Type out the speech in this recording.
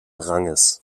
ranges